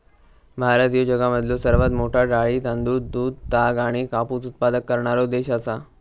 भारत ह्यो जगामधलो सर्वात मोठा डाळी, तांदूळ, दूध, ताग आणि कापूस उत्पादक करणारो देश आसा